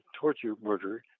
torture-murder